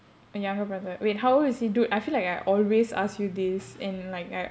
younger brother wait how old is he dude I feel like I always ask you this and like I